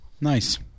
Nice